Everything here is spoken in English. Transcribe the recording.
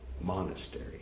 monastery